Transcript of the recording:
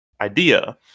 idea